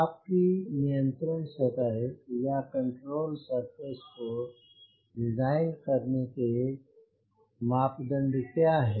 आपकी नियंत्रण सतह या कंट्रोल सरफेस को डिज़ाइन करने के मापदंड क्या हैं